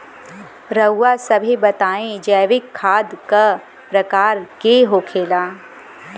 रउआ सभे बताई जैविक खाद क प्रकार के होखेला?